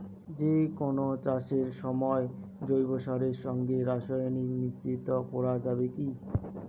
যে কোন চাষের সময় জৈব সারের সঙ্গে রাসায়নিক মিশ্রিত করা যাবে কি?